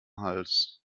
hals